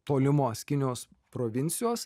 tolimos kinijos provincijos